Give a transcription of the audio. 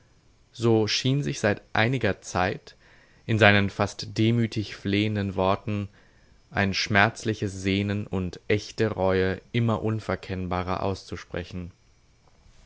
so schien sich seit einiger zeit in seinen fast demütig flehenden worten ein schmerzliches sehnen und echte reue immer unverkennbarer auszusprechen